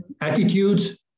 Attitudes